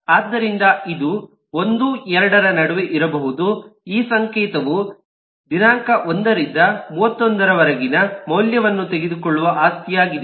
ಆದ್ದರಿಂದ ಇದು 12 ರ ನಡುವೆ ಇರಬಹುದು ಈ ಸಂಕೇತದ ದಿನಾಂಕವು 1 ರಿಂದ 31 ರವರೆಗಿನ ಮೌಲ್ಯವನ್ನು ತೆಗೆದುಕೊಳ್ಳುವ ಆಸ್ತಿಯಾಗಿದೆ